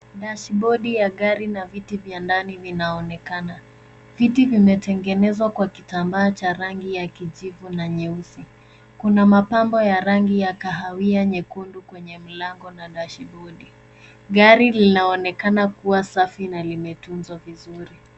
Dashibodi ya gari na viti vya ndani vinaonekana. Viti vimetengenezwa kwa kitambaa cha rangi ya kijivu na nyeusi. Kuna mapambo ya rangi ya kahawia nyekundu kwenye mlango na dashibodi. Gari linaonekana kuwa safi na limetunzwa vizuri.